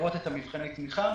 לראות את מבחני התמיכה,